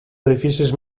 edificis